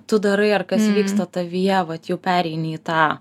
tu darai ar kas vyksta tavyje vat jau pereini į tą